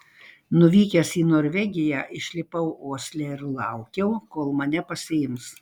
nuvykęs į norvegiją išlipau osle ir laukiau kol mane pasiims